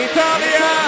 Italia